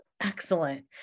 Excellent